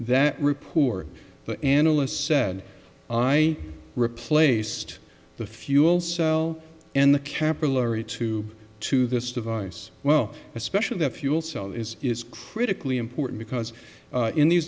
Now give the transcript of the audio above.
that report the analyst said i replaced the fuel cell and the capillary two to this device well especially the fuel cell is is critically important because in these